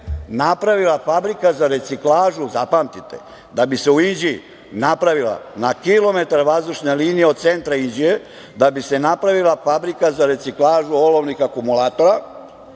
napravila fabrika za reciklažu, zapamtite, da bi se u Inđiji napravila na kilometar vazdušne linije od centra Inđije, da bi se napravila fabrika za reciklažu olovnih akumulatora